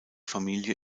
familie